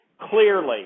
clearly